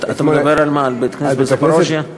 על מה אתה מדבר, על בית הכנסת בזפורוז'יה?